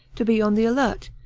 to be on the alert,